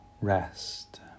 rest